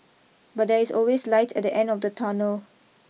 but there is always light at the end of the tunnel